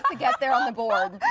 ah get there on the board.